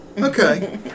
Okay